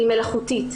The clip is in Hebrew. היא מלאכותית.